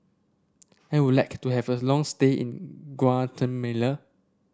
I would like to have a long stay in Guatemala